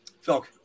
Phil